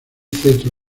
cetro